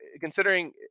considering